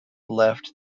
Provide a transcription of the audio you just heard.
left